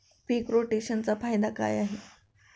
पीक रोटेशनचा फायदा काय आहे?